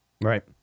Right